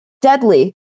deadly